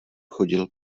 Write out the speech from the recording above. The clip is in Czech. chodil